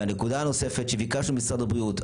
הנקודה הנוספת שביקשנו ממשרד הבריאות,